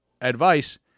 advice